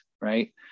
right